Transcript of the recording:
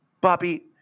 Bobby –